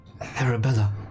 Arabella